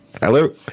Hello